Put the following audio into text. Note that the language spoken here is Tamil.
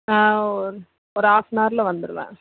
ஆ ஒரு ஒரு ஹாஃப் ஆன் அவரில் வந்துடுவேன்